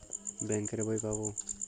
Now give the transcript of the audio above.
Bank এর বই পাবো?